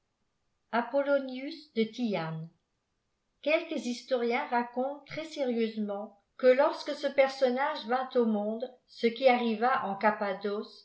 de tyanes quelques historiens racontenttrèsr sérieusement que lorsque ce personnage vint au monde ce qùîi arriva en